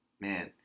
Man